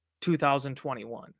2021